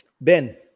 Ben